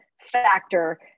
factor